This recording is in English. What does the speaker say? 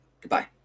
Goodbye